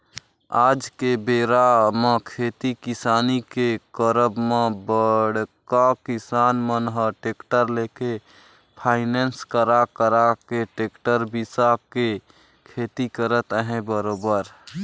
आज के बेरा म खेती किसानी के करब म बड़का किसान मन ह टेक्टर लेके फायनेंस करा करा के टेक्टर बिसा के खेती करत अहे बरोबर